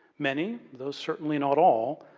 many, though certainly not all,